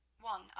one